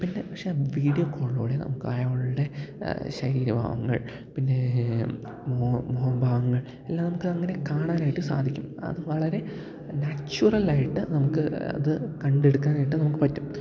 പിന്നെ പക്ഷേ വീഡിയോ കോളിലൂടെ നമുക്ക് അയാളുടെ ശരീരഭാവങ്ങൾ പിന്നെ മുഖഭാവങ്ങൾ എല്ലാം നമുക്കങ്ങനെ കാണാനായിട്ട് സാധിക്കും അത് വളരെ നാച്ചുറലായിട്ട് നമുക്ക് അത് കണ്ടെടുക്കാനായിട്ട് നമുക്ക് പറ്റും